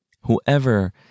Whoever